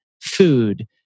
food